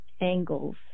angles